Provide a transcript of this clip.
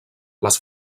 les